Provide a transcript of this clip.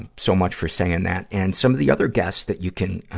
and so much for saying that. and some of the other guests that you can,